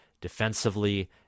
defensively